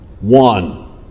one